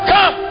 Come